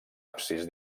absis